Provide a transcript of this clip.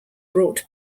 brought